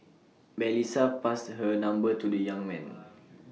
Melissa passed her number to the young man